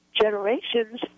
Generations